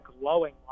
glowing